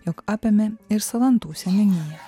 jog apėmė ir salantų seniūnija